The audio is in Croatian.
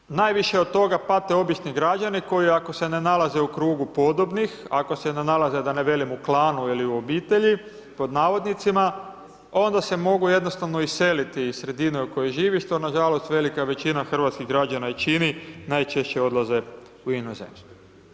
Naravno, najviše od toga pate obični građani koji ako se ne nalaze u krugu podobnih, ako se ne nalaze da ne velim u klanu ili u obitelji pod navodnicima, onda se mogu jednostavno iseliti iz sredine u kojoj živiš, što nažalost velika većina hrvatskih građana i čini, najčešće odlaze u inozemstvo.